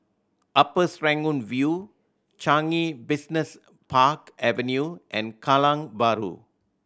Upper Serangoon View Changi Business Park Avenue and Kallang Bahru